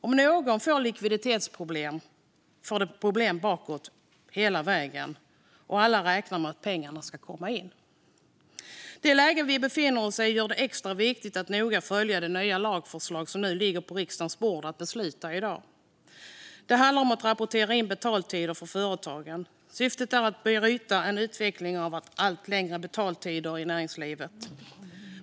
Om någon får likviditetsproblem följer problemet hela vägen bakåt eftersom alla räknar med att pengarna ska komma in. Det läge vi befinner oss i gör det extra viktigt för oss att noga följa det nya lagförslag som nu ligger på riksdagens bord för beslut i dag. Förslaget handlar om att rapportera in betaltider för företagen. Syftet är att bryta en utveckling av allt längre betaltider i näringslivet.